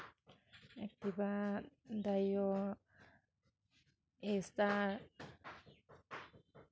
Activa dio a star